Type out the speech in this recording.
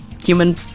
human